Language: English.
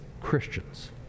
Christians